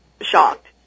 shocked